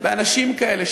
באנשים כאלה,